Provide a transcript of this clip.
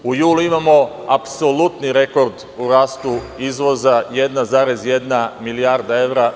U julu imamo apsolutni rekord u rastu izvoza 1,1 milijarda evra.